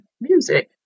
music